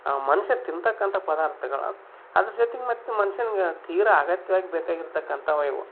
ನಾವು ಮನುಷ್ಯರ್ ತಿಂತಕ್ಕಂಥ ಪದಾರ್ಥಗಳ್ ಅದು ಅದ್ರ ಜೊತೆಗ್ ಮತ್ತು ಮನುಷ್ಯಂಗ್ ತೀರಾ ಅಗತ್ಯವಾಗಿ ಬೇಕಾಗಿರ್ತಕ್ಕಂಥ ಅವು ಇವು